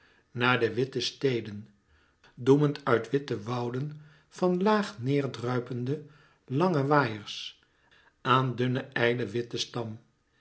naar de witte steden doemend uit witte wouden van laag neêr druipende lange waaiers aan dunnen ijlen witten stam